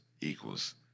equals